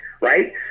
right